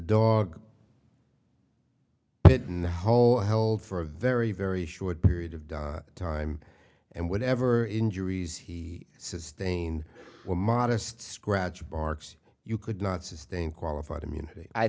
dog in the hole held for a very very short period of time and whatever injuries he sustained were modest scratch marks you could not sustain qualified immunity i